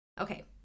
Okay